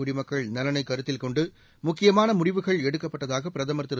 குடிமக்கள் நலனை கருத்தில் கொண்டு முக்கியமான முடிவுகள் எடுக்கப்பட்டதாக பிரதமா் திரு